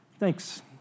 Thanks